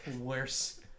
worse